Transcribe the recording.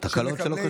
תקלות שלא,